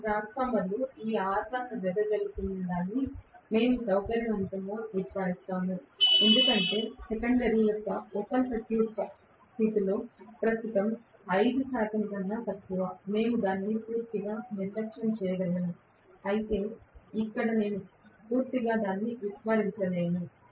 ఇప్పుడు ట్రాన్స్ఫార్మర్లో ఈ R1 లో వెదజల్లుతున్నదానిని మేము సౌకర్యవంతంగా విస్మరిస్తాము ఎందుకంటే సెకండరీ యొక్క ఓపెన్ సర్క్యూట్ స్థితిలో ప్రస్తుతము 5 శాతం కన్నా తక్కువ మేము దానిని పూర్తిగా నిర్లక్ష్యం చేయగలము అయితే ఇక్కడ నేను దానిని పూర్తిగా విస్మరించలేను